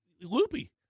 loopy